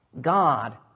God